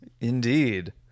Indeed